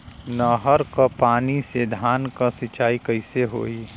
नहर क पानी से धान क सिंचाई कईसे होई?